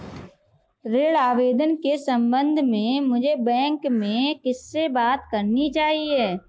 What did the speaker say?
ऋण आवेदन के संबंध में मुझे बैंक में किससे बात करनी चाहिए?